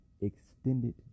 extended